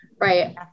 Right